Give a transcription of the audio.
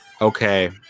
Okay